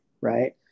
right